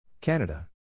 Canada